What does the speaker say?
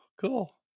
cool